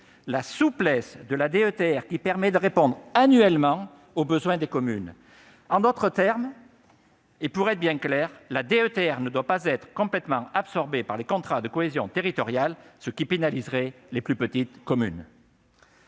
la souplesse de la DETR, qui permet de répondre annuellement aux besoins des communes. En d'autres termes, et pour être bien clair, elle ne doit pas être complètement absorbée par les contrats de cohésion territoriale, ce qui pénaliserait les petites communes